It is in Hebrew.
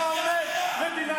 אתה אומר מדינת